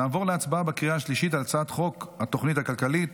נעבור להצבעה בקריאה שלישית על הצעת חוק התוכנית הכלכלית